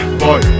boy